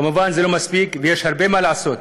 זה כמובן לא מספיק, ויש הרבה מה לעשות.